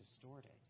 distorted